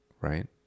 right